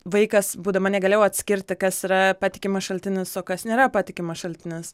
vaikas būdama negalėjau atskirti kas yra patikimas šaltinis o kas nėra patikimas šaltinis